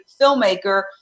filmmaker